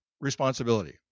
responsibility